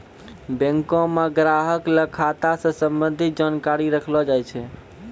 बैंको म ग्राहक ल खाता स संबंधित जानकारी रखलो जाय छै